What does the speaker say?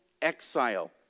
exile